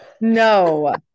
no